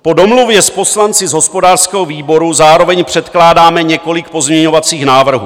Po domluvě s poslanci z hospodářského výboru zároveň předkládáme několik pozměňovacích návrhů.